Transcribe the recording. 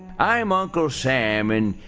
i'm uncle sam, and